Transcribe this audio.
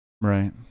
Right